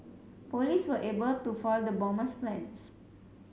police were able to foil the bomber's plans